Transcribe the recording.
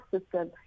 system